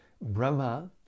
Brahma